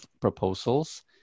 proposals